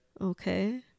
Okay